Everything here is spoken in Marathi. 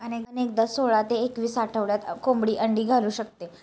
अनेकदा सोळा ते एकवीस आठवड्यात कोंबडी अंडी घालू शकते